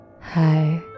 Hi